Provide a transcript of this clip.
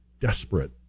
desperate